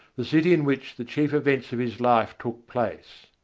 the city in which the chief events of his life took place.